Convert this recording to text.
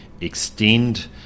extend